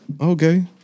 Okay